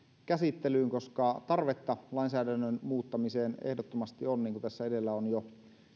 käsittelyyn koska tarvetta lainsäädännön muuttamiseen ehdottomasti on niin kuin tässä edellä on jo